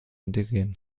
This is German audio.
integrieren